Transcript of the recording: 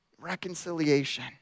reconciliation